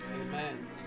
Amen